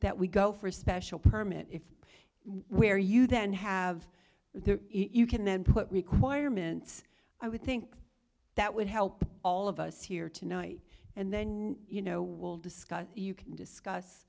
that we go for a special permit if where you then have the e u can then put requirements i would think that would help all of us here tonight and then you know we'll discuss you can discuss